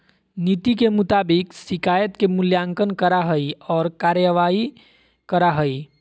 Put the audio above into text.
नीति के मुताबिक शिकायत के मूल्यांकन करा हइ और कार्रवाई करा हइ